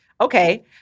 Okay